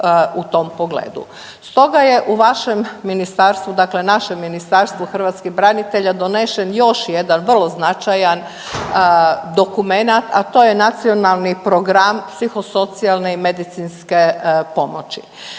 Stoga je u vašem ministarstvu, dakle našem Ministarstvu hrvatskih branitelja donesen još jedan vrlo značajan dokumenata, a to je Nacionalni program psihosocijalne i medicinske pomoći